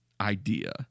idea